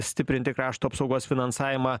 stiprinti krašto apsaugos finansavimą